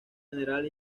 general